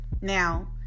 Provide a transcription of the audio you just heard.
Now